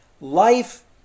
Life